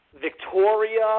Victoria